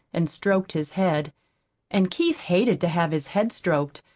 and stroked his head and keith hated to have his head stroked,